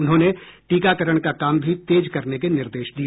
उन्होंने टीकाकरण का काम भी तेज करने के निर्देश दिए